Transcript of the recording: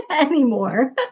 anymore